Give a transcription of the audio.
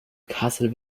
kassel